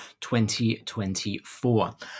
2024